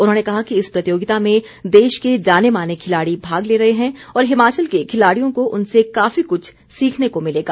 उन्होंने कहा कि इस प्रतियोगिता में देश के जाने माने खिलाड़ी भाग ले रहे हैं और हिमाचल के खिलाड़ियों को उनसे काफी कुछ सीखने को मिलेगा